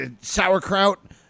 Sauerkraut